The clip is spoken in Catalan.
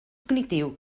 cognitiu